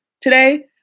today